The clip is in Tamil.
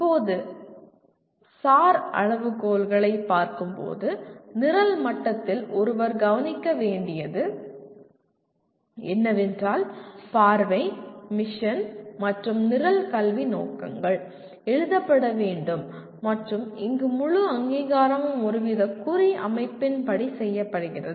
இப்போது SAR அளவுகோல்களை பார்க்கும்போது நிரல் மட்டத்தில் ஒருவர் கவனிக்க வேண்டியது என்னவென்றால் பார்வை மிஷன் மற்றும் நிரல் கல்வி நோக்கங்கள் எழுதப்பட வேண்டும் மற்றும் இங்கு முழு அங்கீகாரமும் ஒருவித குறி அமைப்பின்படி செய்யப்படுகிறது